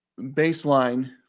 baseline